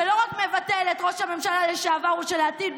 שלא רק מבטל את ראש הממשלה לשעבר ושלעתיד,